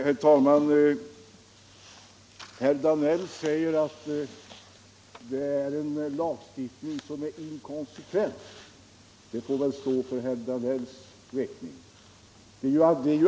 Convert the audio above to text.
Herr talman! Herr Danell säger att lagstiftningen är inkonsekvent. Det får stå för honom.